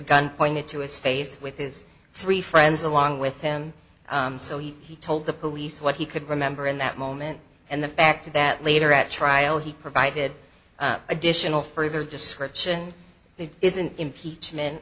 gun pointed to his face with his three friends along with him so he told the police what he could remember in that moment and then back to that later at trial he provided additional further description it isn't impeachment